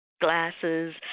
glasses